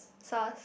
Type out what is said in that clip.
sauce